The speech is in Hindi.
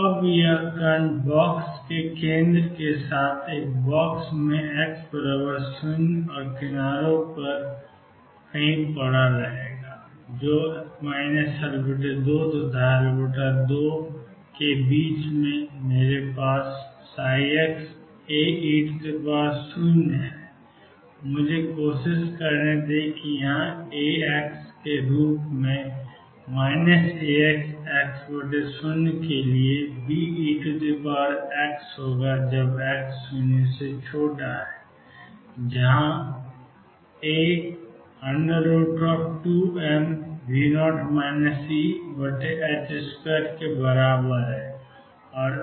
तो अब यह कण बॉक्स के केंद्र के साथ एक बॉक्स में x0 और किनारों पर झूठ बोल रहा है L2 तथा L2 मेरे पास xAe है मुझे कोशिश करने दें कि यह αx के रूप में है αx x0 के लिए Beαx x0 के बराबर है जहां α2m2 है